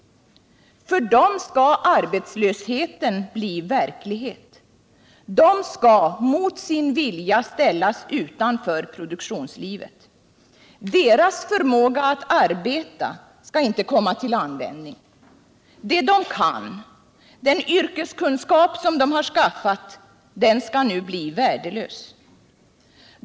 För dem skall arbetslösheten bli verklighet. De skall mot sin vilja ställas utanför produktionslivet. Deras förmåga att arbeta skall inte komma till användning. Det de kan, den yrkeskunskap som de har skaffat sig, skall nu bli värdelös.